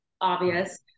obvious